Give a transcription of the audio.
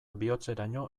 bihotzeraino